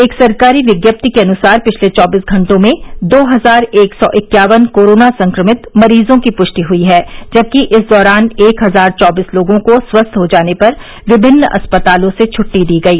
एक सरकारी विज्ञप्ति के अनुसार पिछले चौबीस घंटों में दो हजार एक सौ इक्यावन कोरोना संक्रमित मरीजों की पुष्टि हुई है जबकि इस दौरान एक हजार चौबीस लोगों को स्वस्थ हो जाने पर विभिन्न अस्पतालों से छुट्टी दी गई